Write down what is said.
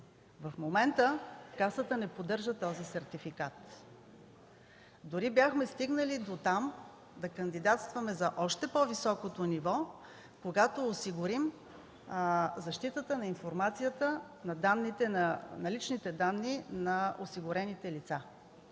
В момента Касата не поддържа този сертификат. Дори бяхме стигнали до там да кандидатстваме за още по-високото ниво, когато осигурим защитата на информацията на личните данни на осигурените лица